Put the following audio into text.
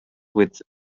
with